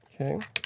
Okay